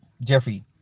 jeffrey